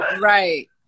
right